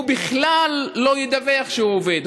הוא בכלל לא ידווח שהוא עובד.